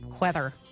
Weather